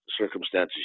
circumstances